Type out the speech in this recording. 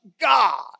God